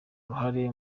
uruhare